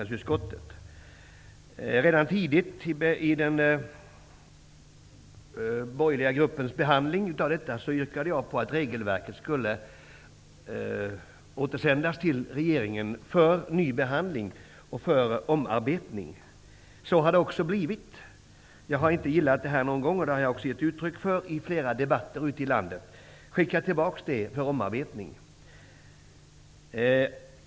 Redan tidigt vid behandlingen i den borgerliga gruppen yrkade jag på att förslaget om regelverket skulle återsändas till regeringen för ny behandling och omarbetning. Så har det också blivit. Jag har inte gillat det här någon gång, och det har jag gett uttryck för i flera debatter ute i landet. Vi måste skicka tillbaka förslaget för omarbetning.